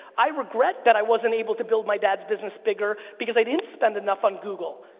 i regret that i wasn't able to build my dad's business bigger, because i didn't spend enough on google.